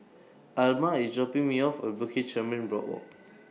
Alma IS dropping Me off At Bukit Chermin Boardwalk